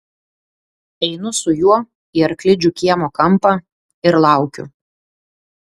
einu su juo į arklidžių kiemo kampą ir laukiu